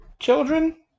Children